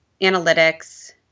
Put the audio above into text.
analytics